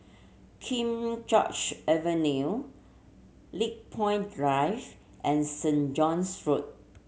King George Avenue Lakepoint Drive and Saint John's Road